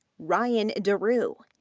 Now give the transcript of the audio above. ryan derue,